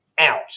out